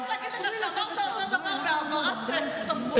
רציתי רק להגיד לך שאמרת את אותו הדבר בהעברה של סמכויות לפני חודש.